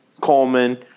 Coleman